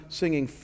singing